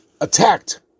Attacked